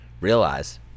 realize